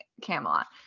Camelot